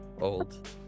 old